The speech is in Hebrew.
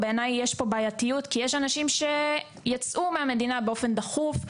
בעיניי יש כאן בעייתיות כי יש אנשים שיצאו מהמדינה באופן דחוף,